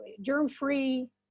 germ-free